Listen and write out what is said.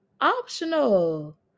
optional